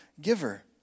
giver